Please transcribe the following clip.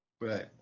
Right